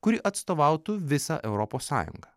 kuri atstovautų visą europos sąjungą